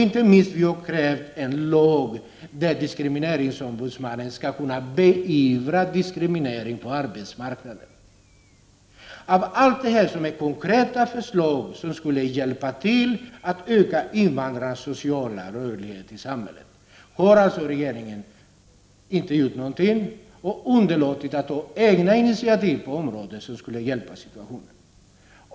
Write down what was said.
Inte minst har vi krävt en lag där diskrimineringsombudsmannen skall kunna beivra diskrimineringen på arbetsmarknaden. Allt detta är konkreta förslag som skulle hjälpa till att öka invandrarnas sociala rörlighet i samhället. Regeringen har inte gjort någonting utan underlåtit att ta egna initiativ som skulle kunna avhjälpa situationen.